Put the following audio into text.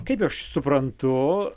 kaip aš suprantu